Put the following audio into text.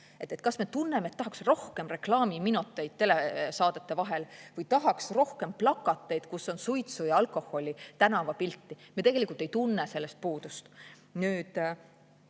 Kas me tunneme, et tahaks rohkem reklaamiminuteid telesaadete vahel või tahaks tänavapilti rohkem plakateid, kus on suitsu ja alkoholi? Me tegelikult ei tunne sellest puudust. Samas,